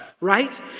right